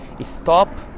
stop